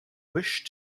wish